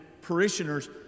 parishioners